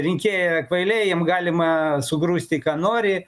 rinkėjai kvailiai jiem galima sugrūsti ką nori